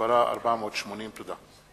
שמספרה 480. תודה.